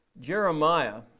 Jeremiah